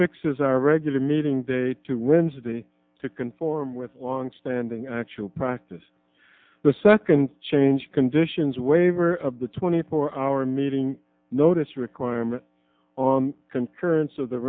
fixes our regular meeting day to wednesday to conform with longstanding actual practice the second change conditions waiver of the twenty four hour meeting notice requirement on concurrence of the